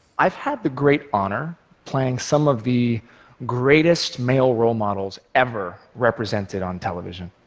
i've had the great honor playing some of the greatest male role models ever represented on television.